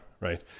right